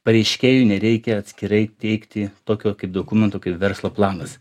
pareiškėjui nereikia atskirai teikti tokio kaip dokumento kaip verslo planas